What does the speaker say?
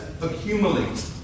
accumulate